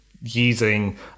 using